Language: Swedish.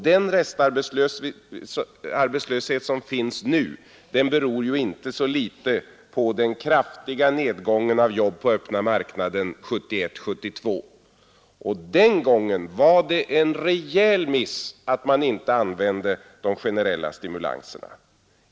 Den restarbetslöshet som finns nu beror inte så litet på den kraftiga nedgången av jobb på öppna marknaden 1971—1972. Den gången var det en rejäl miss att man inte använde de generella stimulanserna.